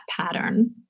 pattern